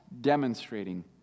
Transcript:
demonstrating